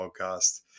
podcast